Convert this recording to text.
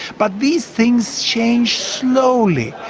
but these things change slowly.